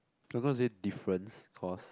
I'm gonna say difference cause